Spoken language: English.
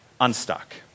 unstuck